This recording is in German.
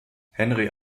henry